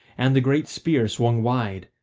and the great spear swung wide,